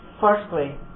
Firstly